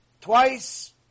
twice